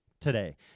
today